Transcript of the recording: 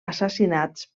assassinats